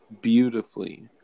beautifully